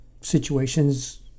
situations